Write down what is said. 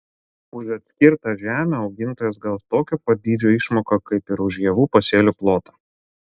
už atskirtą žemę augintojas gaus tokio pat dydžio išmoką kaip ir už javų pasėlių plotą